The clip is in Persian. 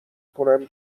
کنم